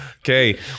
Okay